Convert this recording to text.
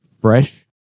fresh